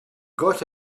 got